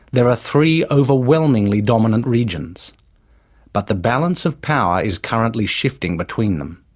there are three overwhelmingly dominant regions but the balance of power is currently shifting between them.